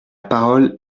parole